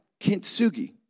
Kintsugi